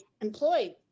employed